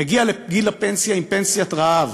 מגיע לגיל הפנסיה עם פנסיית רעב